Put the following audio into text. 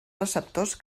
receptors